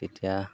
তেতিয়া